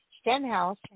Stenhouse